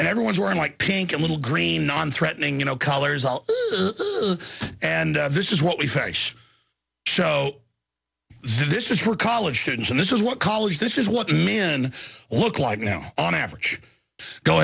everyone's wearing like pink and little green non threatening you know colors all and this is what we face show this is for college students and this is what college this is what i'm in look like now on average go